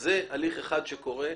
זה הליך אחד שקורה,